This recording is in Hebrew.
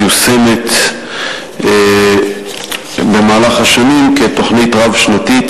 שמיושמת במהלך השנים כתוכנית רב-שנתית